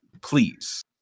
please